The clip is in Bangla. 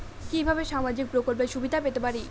কিভাবে সামাজিক প্রকল্পের সুবিধা পেতে পারি?